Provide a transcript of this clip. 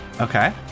Okay